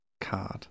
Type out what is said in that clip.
Card